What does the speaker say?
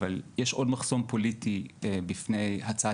אבל יש עוד מחסום פוליטי בפני הצעת